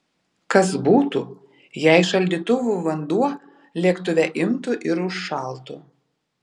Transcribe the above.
kas būtų jei šaldytuvų vanduo lėktuve imtų ir užšaltų